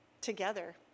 together